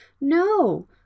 No